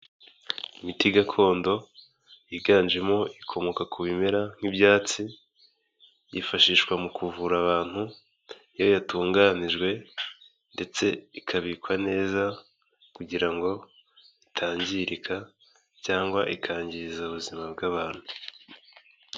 Imiti gakondo yiganjemo ikomoka ku bimera nk'ibyatsi, yifashishwa mu kuvura abantu, iyo yatunganijwe ndetse ikabikwa neza kugira ngo itangirika cyangwa ikangiza ubuzima bw'abantu.